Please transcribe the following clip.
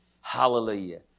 Hallelujah